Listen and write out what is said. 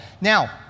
Now